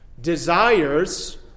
desires